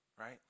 Right